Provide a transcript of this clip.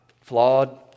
flawed